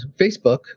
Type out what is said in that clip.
Facebook